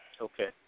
Okay